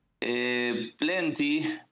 Plenty